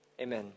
Amen